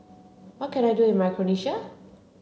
what can I do in Micronesia